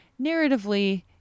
narratively